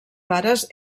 pares